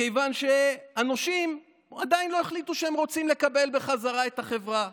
כיוון שהנושים עדיין לא החליטו שהם רוצים לקבל בחזרה את החברה,